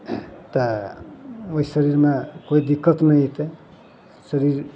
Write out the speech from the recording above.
तऽ ओइ शरीरमे कोइ दिक्कत नहि अइतय शरीर